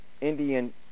Indian